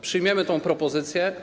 Przyjmiemy tę propozycję.